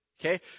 Okay